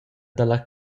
dalla